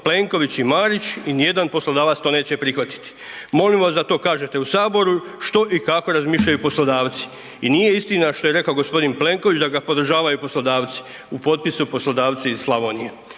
Plenković i Marić i ni jedan poslodavac to neće prihvatiti. Molimo vas da to kažete u saboru što i kako razmišljaju poslodavci. I nije istina što je rekao gospodin Plenković da ga podržavaju poslodavci. U potpisu poslodavci iz Slavonije.